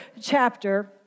chapter